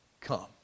come